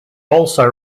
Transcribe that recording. also